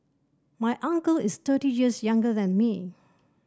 my uncle is thirty years younger than me